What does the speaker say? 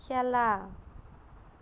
খেলা